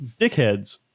dickheads